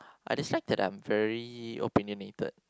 I dislike that I'm very opinionated